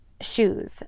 shoes